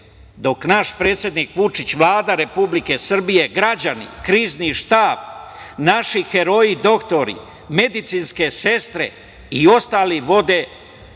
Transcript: dok naš predsednik Vučić, Vlada Republike Srbije, građani, krizni štab, naši heroji doktori, medicinske sestre i ostali vode